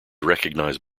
recognized